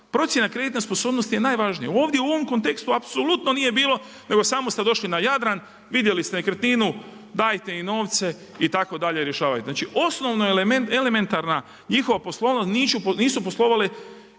Procjena kreditne sposobnosti je najvažnija, ovdje u ovom kontekstu apsolutno nije bilo nego samo ste došli na Jadran, vidjeli ste nekretninu, dajte im novce itd. rješavaj. Znači, osnovno elementarna njihova poslovnost nisu poslovali,